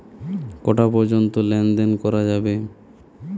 কটা পর্যন্ত লেন দেন করা যাবে?